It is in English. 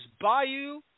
Bayou